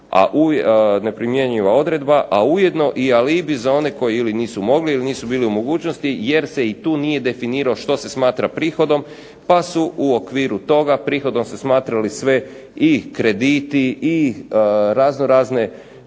ali ujedno i alibi za one koji ili nisu mogli ili nisu bili u mogućnosti jer se i tu nije definiralo što se smatra prihodom pa su u okviru toga prihodom se smatrali svi i krediti i raznorazne